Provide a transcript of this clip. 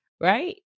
right